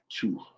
two